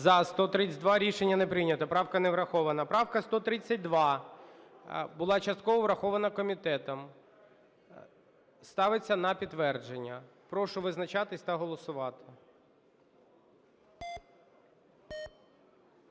За-132 Рішення не прийнято. Правка не врахована. Правка 132, була частково врахована комітетом. Ставиться на підтвердження. Прошу визначатись та голосувати.